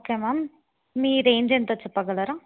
okay ma'am మీ range ఎంతో చెప్పగలరా